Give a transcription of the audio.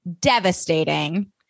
Devastating